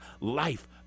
life